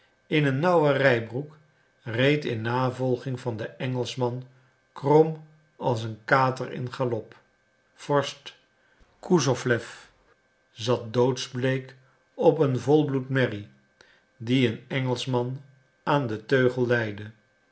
in een nauwe rijbroek reed in navolging van den engelschman krom als een kater in galop vorst kusowlew zat doodsbleek op een volbloed merrie die een engelschman aan den teugel leidde